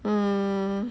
mm